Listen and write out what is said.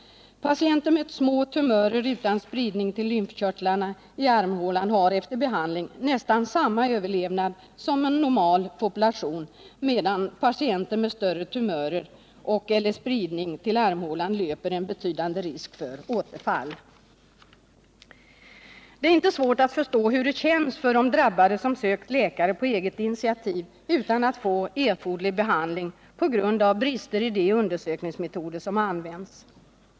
Patienter med små tumörer utan spridning till lymfkörtlarna i armhålan har efter behandling nästan samma överlevnad som en normalpopulation, medan patienter med större tumörer och/eller spridning till armhålan löper en betydande risk för återfall. Det är inte svårt att förstå hur det känns för de drabbade som sökt läkare på eget initiativ utan att få erforderlig behandling på grund av brister i de 148 undersökningsmetoder som används.